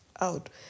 out